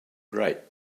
great